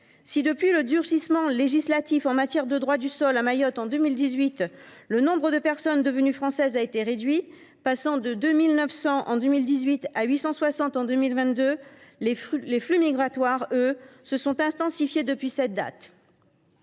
Si, depuis le durcissement législatif de 2018 en matière de droit du sol à Mayotte, le nombre de personnes devenues françaises a diminué, passant de 2 900 en 2018 à 860 en 2022, les flux migratoires se sont intensifiés dans le même